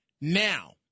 Now